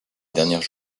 dernière